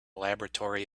laboratory